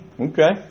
Okay